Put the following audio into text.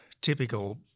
typical